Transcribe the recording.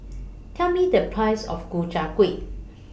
Tell Me The Price of Ku Chai Kuih